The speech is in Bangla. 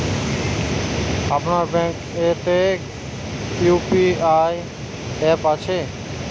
আপনার ব্যাঙ্ক এ তে কি ইউ.পি.আই অ্যাপ আছে?